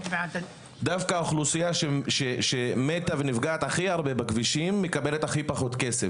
דווקא האוכלוסייה שמתה ונפגעת הכי הרבה בכבישים מקבלת הכי מעט כסף.